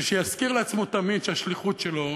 ושיזכיר לעצמו תמיד שהשליחות שלו